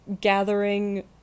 gathering